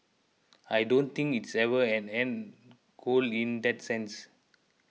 I don't think it's ever an end goal in that sense